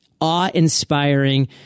awe-inspiring